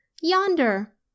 Yonder